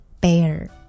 Bear